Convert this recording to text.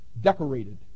decorated